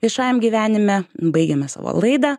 viešajam gyvenime baigėme savo laidą